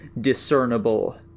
discernible